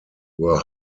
were